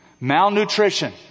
Malnutrition